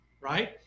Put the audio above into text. right